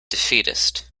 defeatist